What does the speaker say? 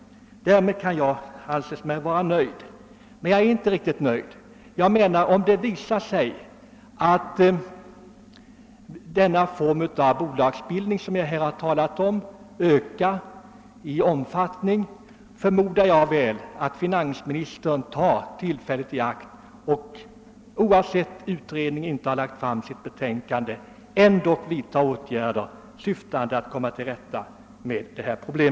Därmed kan man måhända anse att jag borde vara nöjd, men jag är inte riktigt nöjd. Ty om det visar sig att den form av bolagsbildning som jag här talar om ökar i omfattning, så hoppas jag att finansministern tar tillfället i akt, oavsett om utredningen lagt fram sitt betänkande eller ej, och vidtar åtgärder som syftar till att komma till rätta med ifrågavarande problem.